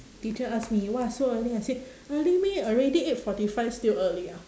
teacher ask me !wah! so early I say early meh already eight forty five still early ah